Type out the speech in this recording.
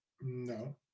No